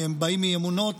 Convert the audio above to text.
הם באים מאמונות,